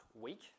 week